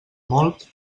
molt